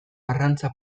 arrantza